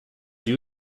you